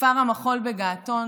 כפר המחול בגעתון